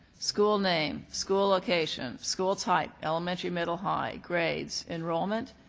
school name, school location, school type, elementary, middle, high, grades, enrollment,